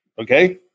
okay